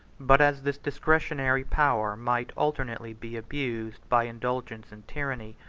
but as this discretionary power might alternately be abused by indulgence and tyranny,